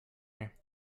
here